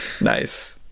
nice